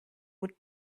would